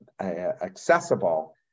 accessible